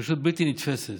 פשוט בלתי נתפסת